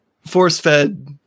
force-fed